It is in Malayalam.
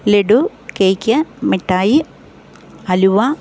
ലടൂ കേക്ക് മിട്ടായി അലുവാ